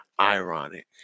Ironic